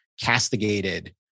castigated